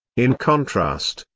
in contrast,